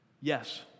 Yes